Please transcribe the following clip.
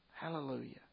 Hallelujah